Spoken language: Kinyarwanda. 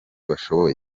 bashoboye